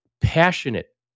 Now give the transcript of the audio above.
passionate